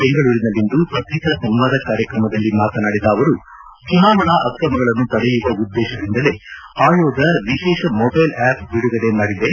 ಬೆಂಗಳೂರಿನಲ್ಲಿಂದು ಪತ್ರಿಕಾ ಸಂವಾದ ಕಾರ್ಯಕ್ರಮದಲ್ಲಿ ಮಾತನಾಡಿದ ಅವರು ಚುನಾವಣಾ ಅಕ್ರಮಗಳನ್ನು ತಡೆಯುವ ಉದ್ದೇಶದಿಂದಲೇ ಆಯೋಗ ವಿಶೇಷ ಮೊಬೈಲ್ ಆ್ಕಪ್ ಬಿಡುಗಡೆ ಮಾಡಿದೆ